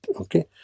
Okay